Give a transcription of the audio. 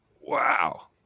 Wow